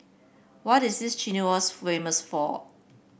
what is famous for